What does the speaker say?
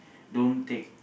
don't take